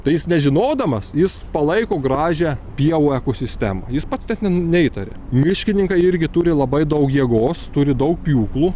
tai jis nežinodamas jis palaiko gražią pievų ekosistemą jis pats net neįtari miškininkai irgi turi labai daug jėgos turi daug pjūklų